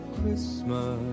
Christmas